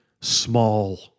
small